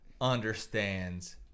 understands